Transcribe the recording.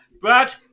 Brad